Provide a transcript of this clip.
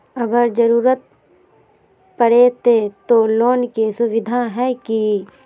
अगर जरूरत परते तो लोन के सुविधा है की?